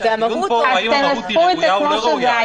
הכיוון פה אם המהות היא ראויה או לא ראויה,